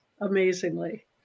amazingly